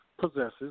possesses